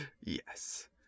Yes